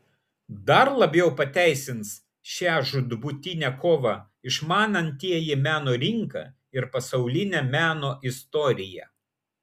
dar labiau pateisins šią žūtbūtinę kovą išmanantieji meno rinką ir pasaulinę meno istoriją